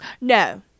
No